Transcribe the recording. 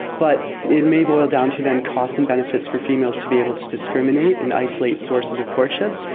but it may boil down to then costs and benefits for females to be able to discriminate and isolate sources of courtship.